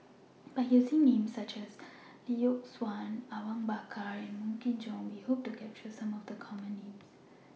By using Names such as Lee Yock Suan Awang Bakar and Wong Kin Jong We Hope to capture Some of The Common Names